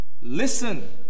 Listen